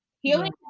Healing